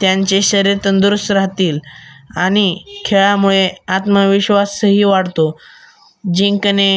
त्यांचे शरीर तंदुरुस्त राहतील आणि खेळामुळे आत्मविश्वासही वाढतो जिंकणे